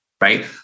right